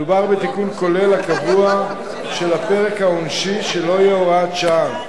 מדובר בתיקון כולל וקבוע של הפרק העונשי שלא יהיה הוראת שעה,